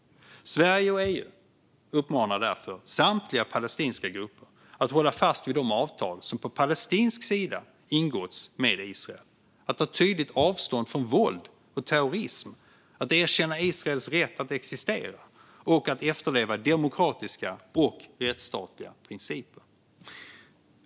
Sverige och EU uppmanar därför samtliga palestinska grupper att hålla fast vid de avtal som på palestinsk sida ingåtts med Israel, att ta tydligt avstånd från våld och terrorism, att erkänna Israels rätt att existera och att efterleva demokratiska och rättsstatliga principer.